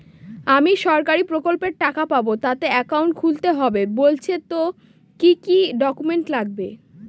আমি সরকারি প্রকল্পের টাকা পাবো তাতে একাউন্ট খুলতে হবে বলছে তো কি কী ডকুমেন্ট লাগবে?